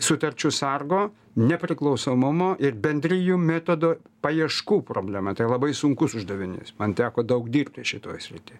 sutarčių sargo nepriklausomumo ir bendrijų metodo paieškų problema tai labai sunkus uždavinys man teko daug dirbti šitoj srity